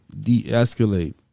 de-escalate